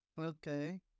Okay